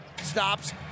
Stops